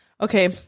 Okay